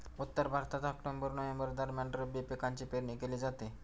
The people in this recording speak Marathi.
उत्तर भारतात ऑक्टोबर नोव्हेंबर दरम्यान रब्बी पिकांची पेरणी केली जाते